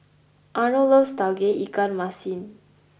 Arnold loves tauge ikan masin